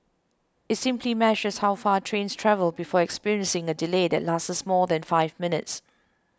it simply measures how far trains travel before experiencing a delay that lasts for more than five minutes